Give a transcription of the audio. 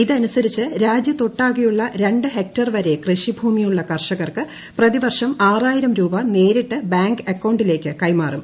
ഇതനുസരിച്ച് രാജ്യത്തൊട്ടാകെയുള്ള രൂണ്ട്ട് ഹെക്ടർ വരെ കൃഷിഭൂമിയുള്ള കർഷകർക്ക് പ്രതിവർഷ് ആറായിരം രൂപ നേരിട്ട് ബാങ്ക് അക്കൌണ്ടിലേക്ക് ട്ട്രൂക്മാറും